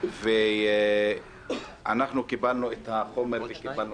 הוא לכאורה ביותר ניגוד